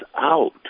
out